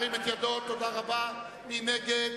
מי נגד?